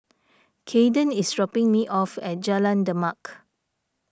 Cayden is dropping me off at Jalan Demak